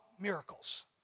miracles